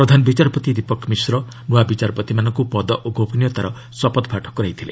ପ୍ରଧାନ ବିଚାରପତି ଦୀପକ ମିଶ୍ର ନୂଆ ବିଚାରପତିମାନଙ୍କୁ ପଦ ଓ ଗୋପନୀୟତାର ଶପଥପାଠ କରାଇଥିଲେ